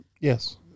Yes